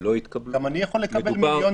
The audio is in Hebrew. לא התקבלו -- גם אני יכול לקבל מיליון